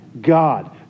God